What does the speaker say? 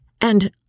And